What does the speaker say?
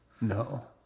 no